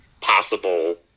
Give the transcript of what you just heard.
possible